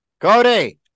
cody